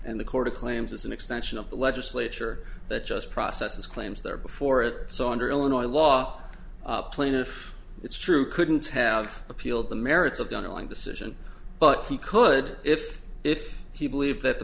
and the court of claims is an extension of the legislature that just processes claims there before it so under illinois law plaintiff it's true couldn't have appealed the merits of done on decision but he could if if he believed that the